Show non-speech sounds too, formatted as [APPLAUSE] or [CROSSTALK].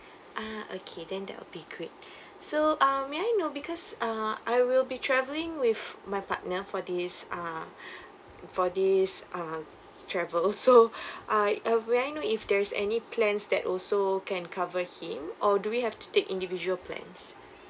ah okay then that will be great [BREATH] so ah may I know because uh I will be travelling with my partner for this ah [BREATH] for this ah travel so [BREATH] I uh may I know if there is any plans that also can cover him or do we have to take individual plans